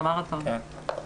מחכים לך.